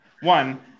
one